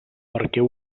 barquer